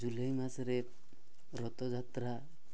ଜୁଲାଇ ମାସରେ ରଥଯାତ୍ରା